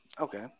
Okay